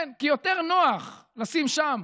כן, כי יותר נוח לשים שם.